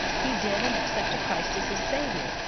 he did and accepted christ as his savior.